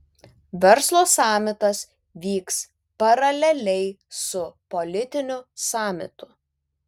verslo samitas vyks paraleliai su politiniu samitu